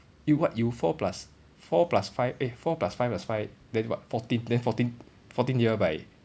eh what you four plus four plus five eh four plus five plus five then what fourteen then fourteen fourteen divide by